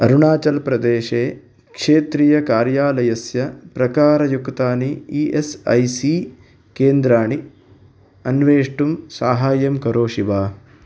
अरुणाचल् प्रदेशे क्षेत्रीयकार्यालयस्य प्रकारयुक्तानि ई एस् ऐ सी केन्द्राणि अन्वेष्टुं साहाय्यं करोषि वा